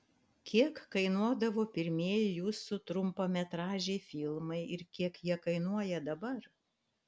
kiek kainuodavo pirmieji jūsų trumpametražiai filmai ir kiek jie kainuoja dabar